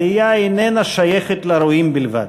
הראייה איננה שייכת לרואים בלבד.